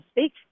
speak